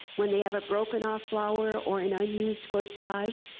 when they have a broken off flower or an unused corsage,